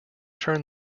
turn